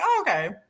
okay